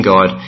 God